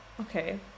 okay